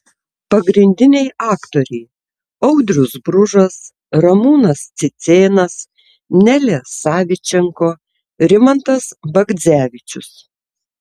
pagrindiniai aktoriai audrius bružas ramūnas cicėnas nelė savičenko rimantas bagdzevičius